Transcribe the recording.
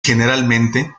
generalmente